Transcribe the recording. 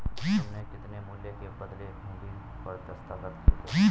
तुमने कितने मूल्य के बदले हुंडी पर दस्तखत किए थे?